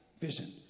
vision